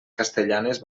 castellanes